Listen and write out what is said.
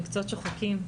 במקצועות שוחקים.